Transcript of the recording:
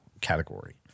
category